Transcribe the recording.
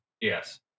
Yes